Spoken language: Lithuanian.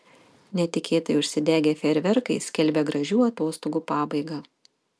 netikėtai užsidegę fejerverkai skelbia gražių atostogų pabaigą